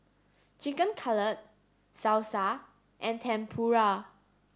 Chicken Cutlet Salsa and Tempura